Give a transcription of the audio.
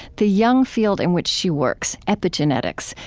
the young field in which she works, epigenetics,